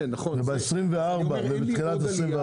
זה אומר שאין עוד עלייה.